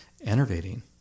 enervating